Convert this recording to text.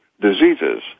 diseases